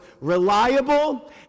reliable